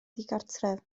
ddigartref